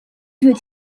wird